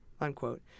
unquote